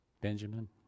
Benjamin